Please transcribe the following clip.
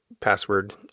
password